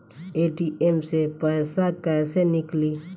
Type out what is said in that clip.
ATM से पैसा कैसे नीकली?